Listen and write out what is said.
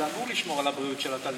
אמור לשמור על הבריאות של התלמידים.